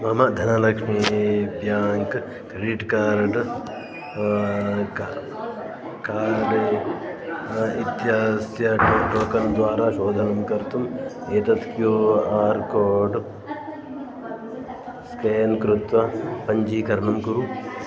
मम Dhanalakshmi bank credit card का card इत्यस्य टो टोकन् द्वारा शोधनं कर्तुम् एतत् क्यू आर् कोड् स्केन् कृत्वा पञ्चीकरणं कुरु